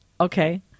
Okay